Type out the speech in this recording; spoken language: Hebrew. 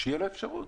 לו אפשרות.